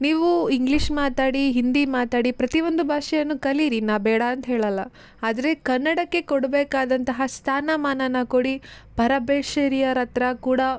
ನೀವು ಇಂಗ್ಲೀಷ್ ಮಾತಾಡಿ ಹಿಂದಿ ಮಾತಾಡಿ ಪ್ರತಿಯೊಂದೂ ಭಾಷೆಯನ್ನು ಕಲೀರಿ ನಾ ಬೇಡ ಅಂತ ಹೇಳೊಲ್ಲ ಆದರೆ ಕನ್ನಡಕ್ಕೆ ಕೊಡಬೇಕಾದಂತಹ ಸ್ಥಾನಮಾನನ ಕೊಡಿ ಪರಭಾಷೀಯರ ಹತ್ರ ಕೂಡ